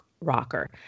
rocker